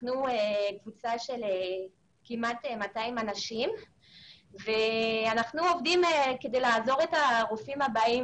אנחנו קבוצה של כמעט 200 אנשים ואנחנו עובדים כדי לעזור לרופאים הבאים.